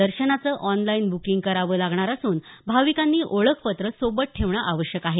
दर्शनाचं online booking करावं लागणार असून भाविकांनी ओळखपत्र सोबत ठेवणं आवश्यक आहे